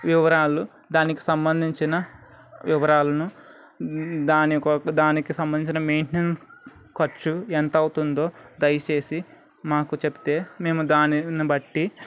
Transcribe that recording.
వివరాలు దానికి సంబంధించిన వివరాలను దాని దానికి సంబంధించిన మెయింటనెన్స్ ఖర్చు ఎంత అవుతుందో దయచేసి మాకు చెప్తే మేము దానిని బట్టి